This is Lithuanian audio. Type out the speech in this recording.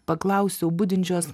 paklausiau budinčios